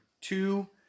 Two